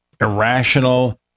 irrational